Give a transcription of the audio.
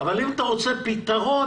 אם אתה רוצה פתרון,